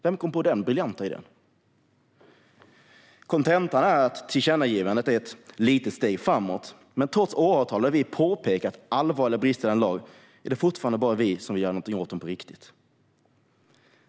Vem kom på den briljanta idén? Kontentan är att tillkännagivandet är ett litet steg framåt. Men trots att vi i åratal påtalat brister i lagen är det fortfarande bara vi som vill göra något åt den på riktigt.